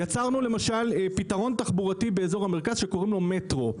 יצרנו למשל פתרון תחבורתי באזור המרכז שקוראים לו 'מטרו'.